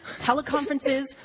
teleconferences